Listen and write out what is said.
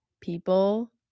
people